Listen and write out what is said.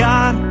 God